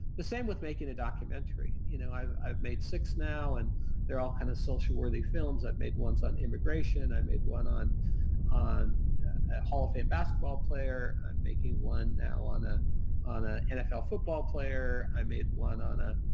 the same with making a documentary. you know, i've i've made six now and they're all kind of social worthy films i've made once on immigration. i made one on on a hall of fame basketball player. i'm making one now on ah an ah nfl football player. i made one on a